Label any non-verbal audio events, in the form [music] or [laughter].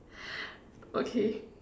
[breath] okay